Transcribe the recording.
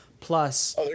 Plus